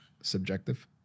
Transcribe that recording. subjective